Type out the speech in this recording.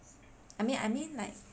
I mean I mean like